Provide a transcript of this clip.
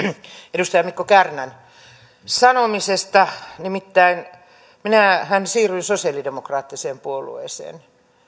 edustaja mikko kärnän sanomisesta nimittäin minähän siirryin sosialidemokraattiseen puolueeseen